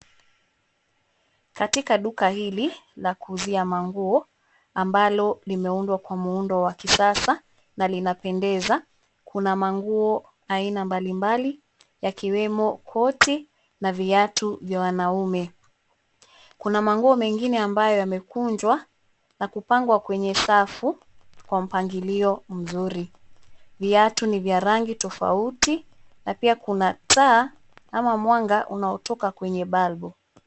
Katika duka hili la kuuzia manguo ambalo limeundwa kwa muundo wa kisasa na linapendeza. Kuna manguo aina mbalimbali yakiwemo koti na viatu vya wanaume. Kuna manguo mengine ambayo yamekunjwa na kupangwa kwenye safu kwa mpangilio mzuri. Viatu ni vya rangi tofauti na pia kuna taa ama mwanga unaotoka kwenye balbu.